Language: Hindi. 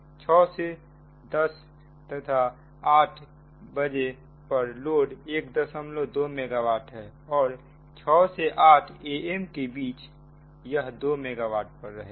600 am 10am तथा 800 pm पर लोड 12 मेगावाट है और 600 से 800 am के बीच यह 2 मेगावाट पर रहेगा